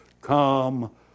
come